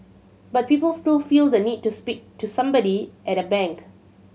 but people still feel the need to speak to somebody at a bank